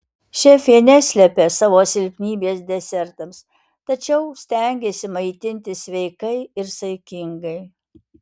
šefė neslepia savo silpnybės desertams tačiau stengiasi maitintis sveikai ir saikingai